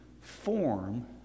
form